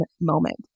moment